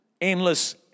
endless